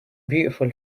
beautiful